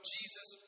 Jesus